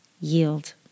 Yield